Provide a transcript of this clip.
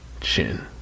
chin